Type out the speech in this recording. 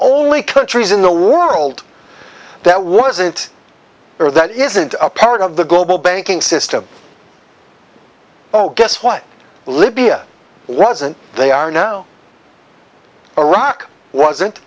only countries in the world that wasn't there that isn't a part of the global banking system oh guess what libya wasn't they are no iraq wasn't